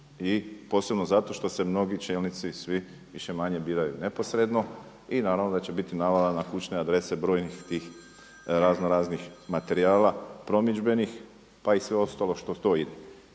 i posebno zato što se mnogi čelnici svi više-manje biraju neposredno i naravno da će biti navala na kućne adrese brojnih tih raznoraznih materijala promidžbenih pa i sve ostalo što stoji.